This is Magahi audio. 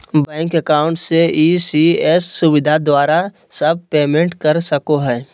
बैंक अकाउंट से इ.सी.एस सुविधा द्वारा सब पेमेंट कर सको हइ